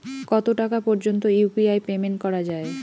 কত টাকা পর্যন্ত ইউ.পি.আই পেমেন্ট করা যায়?